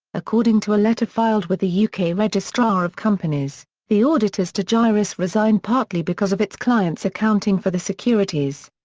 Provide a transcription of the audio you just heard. according to a letter filed with the yeah uk registrar of companies, the auditors to gyrus resigned partly because of its client's accounting for the securities.